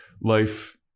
life